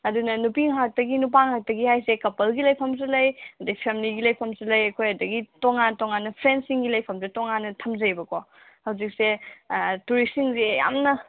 ꯑꯗꯨꯅ ꯅꯨꯄꯤ ꯉꯥꯛꯇꯒꯤ ꯅꯨꯄꯥ ꯉꯥꯛꯇꯒꯤ ꯍꯥꯏꯁꯦ ꯀꯄꯜꯒꯤ ꯂꯩꯐꯝꯁꯨ ꯂꯩ ꯑꯗꯒꯤ ꯐꯦꯃꯤꯂꯤꯒꯤ ꯂꯩꯐꯝꯁꯨ ꯂꯩ ꯑꯩꯈꯣꯏ ꯑꯗꯒꯤ ꯇꯣꯡꯉꯥꯟ ꯇꯣꯡꯉꯥꯟꯅ ꯐ꯭ꯔꯦꯟꯁꯤꯡꯒꯤ ꯂꯩꯐꯝꯁꯨ ꯇꯣꯡꯉꯥꯟꯅ ꯊꯝꯖꯩꯕ ꯀꯣ ꯍꯧꯖꯤꯛꯁꯦ ꯇꯨꯔꯤꯁꯁꯤꯡꯁꯦ ꯌꯥꯝꯅ